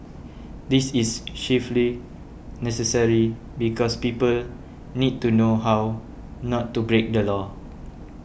this is chiefly necessary because people need to know how not to break the law